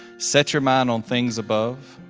set your mind on things above,